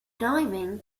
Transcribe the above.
diving